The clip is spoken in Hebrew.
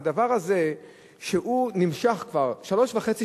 הדבר הזה שנמשך כבר שלוש שנים וחצי,